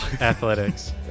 Athletics